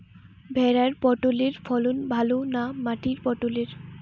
ভেরার পটলের ফলন ভালো না মাটির পটলের?